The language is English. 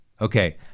Okay